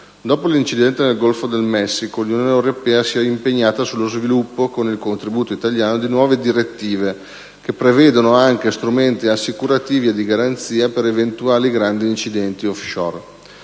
Dopo l'incidente nel Golfo del Messico l'Unione europea si è impegnata sullo sviluppo, con il contributo italiano, di nuove direttive che prevedono anche strumenti assicurativi e di garanzia per eventuali grandi incidenti *offshore*.